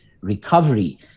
recovery